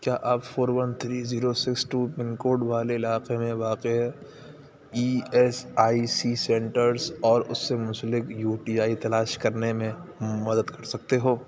کیا آپ four one three zero six two pin code والے علاقے میں واقع E S I C centres اور اس سے منسلک یو ٹی آئی تلاش کرنے میں مدد کر سکتے ہو